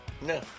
no